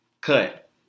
cut